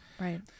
right